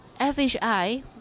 FHI